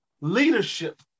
leadership